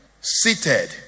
seated